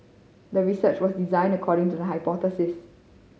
the research was designed according to the hypothesis